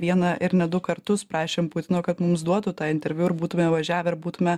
vieną ir ne du kartus prašėm putino kad mums duotų tą interviu ir būtume važiavęir būtume